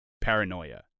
paranoia